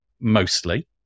mostly